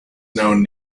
known